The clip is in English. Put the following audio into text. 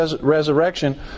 resurrection